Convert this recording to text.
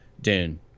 dune